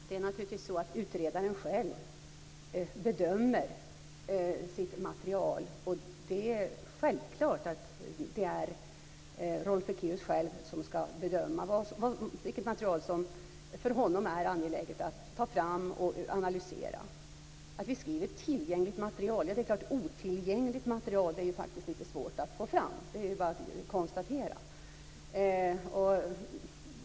Herr talman! Det är naturligtvis så att utredaren själv bedömer sitt material. Självklart är det Rolf Ekéus själv som ska bedöma vilket material som för honom är angeläget att ta fram och analysera. Vi skriver tillgängligt material eftersom otillgängligt material faktiskt är lite svårt att få fram. Det är bara att konstatera.